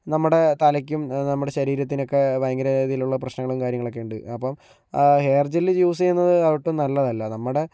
നമ്മുടെ തലയ്ക്കും നമ്മുടെ ശരീരത്തിനൊക്കെ ഭയങ്കര രീതിയിലുള്ള പ്രശ്നങ്ങളും കാര്യങ്ങളൊക്കെ ഉണ്ട് അപ്പോൾ ഹെയർ ജെൽ യൂസ് ചെയ്യുന്നത് ഒട്ടും നല്ലതല്ല നമ്മുടെ